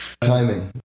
Timing